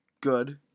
good